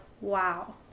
wow